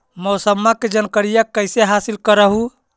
मौसमा के जनकरिया कैसे हासिल कर हू?